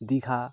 Digha